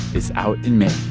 is out in may